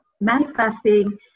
Manifesting